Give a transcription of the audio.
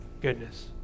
goodness